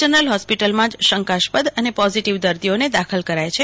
general હોસ્પિટલમાં જ સંકાસ્પદ અને પોઝીટીવ દર્દાઓને દાખલ કરાય છે